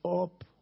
up